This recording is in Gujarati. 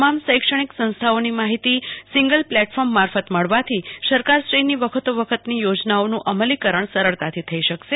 તમામ શૈક્ષણીક સંસ્થાઓની માઠીતી સિંગલ પ્લેટફોર્મ મારફત મળવાથી સરકારશ્રીની વખતોવખતની યોજનાઓનું અમલીકરણ સરળતાથી થઈ શકાશે